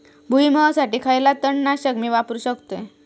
भुईमुगासाठी खयला तण नाशक मी वापरू शकतय?